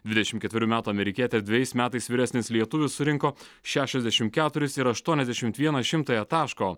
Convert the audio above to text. dvidešimt ketverių metų amerikietė ir dvejais metais vyresnis lietuvis surinko šešiasdešimt keturis ir aštuoniasdešimt vieną šimtąją taško